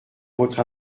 votre